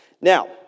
Now